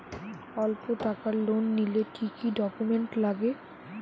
অল্প টাকার লোন নিলে কি কি ডকুমেন্ট লাগে?